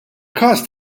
każ